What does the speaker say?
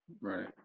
right